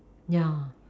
ya